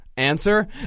answer